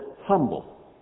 humble